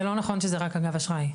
זה לא נכון שזה רק, אגב, אשראי.